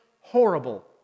horrible